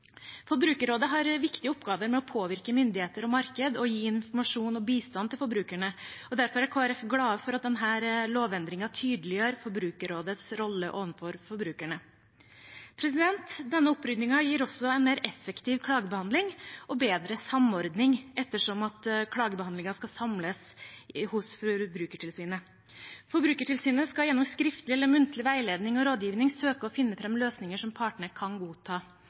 Forbrukerrådet har en viktig oppgave i å påvirke myndigheter og marked og gi informasjon og bistand til forbrukerne. Derfor er Kristelig Folkeparti glade for at denne lovendringen tydeliggjør Forbrukerrådets rolle overfor forbrukerne. Denne oppryddingen gir også en mer effektiv klagebehandling og en bedre samordning ettersom klagebehandlingen skal samles hos Forbrukertilsynet. Forbrukertilsynet skal gjennom skriftlig eller muntlig veiledning og rådgivning søke å finne fram til løsninger som partene kan godta.